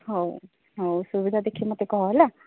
ହଉ ହଉ ସୁବିଧା ଦେଖି ମୋତେ କହ